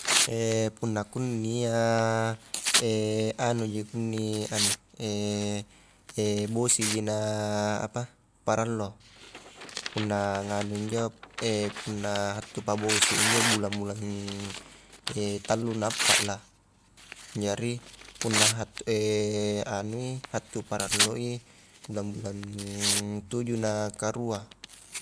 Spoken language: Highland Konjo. punna kunni iya, anuji kunni anu bosiji na apa parallo, punna nganu injo punna hattu pabosi i injo bulan-bulan tallu na appa lah, jari punna hattu anui hattu paralloi bulan-bulan tuju na karua.